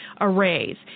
arrays